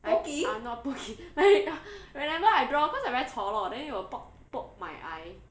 like ah not pokey like whenever I draw because I very chor lor then it will poke poke my eye